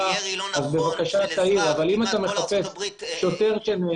על ירי לא נכון של אזרח כל ארצות הברית התלהטה.